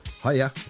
Hiya